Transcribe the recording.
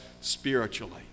spiritually